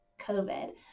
COVID